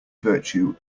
virtue